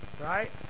Right